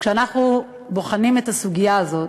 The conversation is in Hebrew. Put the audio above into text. כשאנחנו בוחנים את הסוגיה הזאת,